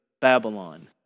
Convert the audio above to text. Babylon